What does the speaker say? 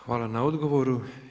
Hvala na odgovoru.